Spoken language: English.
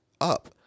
Up